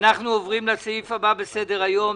אנחנו עוברים לסעיף הבא בסדר היום: